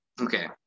okay